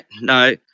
no